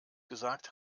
gesagt